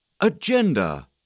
Agenda